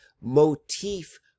motif